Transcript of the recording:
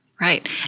Right